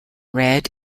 red